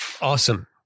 Awesome